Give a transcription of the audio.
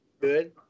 good